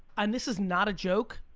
and this is not a joke,